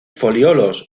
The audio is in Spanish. foliolos